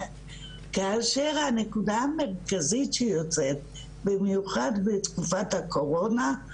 כאשר הנקודה המרכזית שיוצאת במיוחד בתקופת הקורונה,